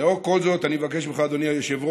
לאור כל זאת אני מבקש ממך, אדוני היושב-ראש,